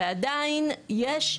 ועדיין, יש,